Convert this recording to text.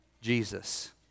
Jesus